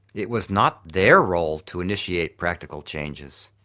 it was not their role to initiate practical changes.